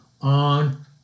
on